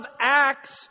Acts